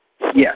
Yes